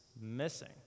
missing